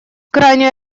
крайнюю